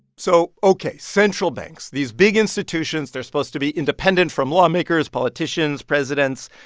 so, ok, central banks these big institutions. they're supposed to be independent from lawmakers, politicians, presidents.